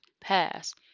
pass